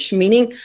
meaning